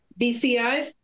BCIs